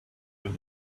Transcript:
with